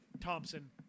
Thompson